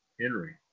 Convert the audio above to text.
Henry